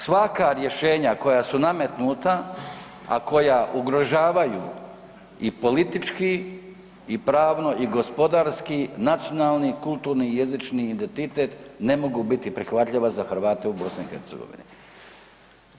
Svaka rješenja koja su nametnuta a koja ugrožavaju i politički i pravno i gospodarski nacionalni, kulturni i jezični identitet, ne mogu biti prihvatljiva za Hrvate u BiH-u.